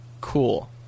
cool